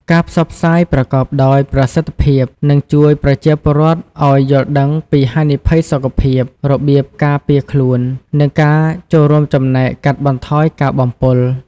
ការផ្សព្វផ្សាយប្រកបដោយប្រសិទ្ធភាព នឹងជួយប្រជាពលរដ្ឋឱ្យយល់ពីហានិភ័យសុខភាព របៀបការពារខ្លួន និងការចូលរួមចំណែកកាត់បន្ថយការបំពុល។